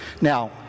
Now